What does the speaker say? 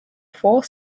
four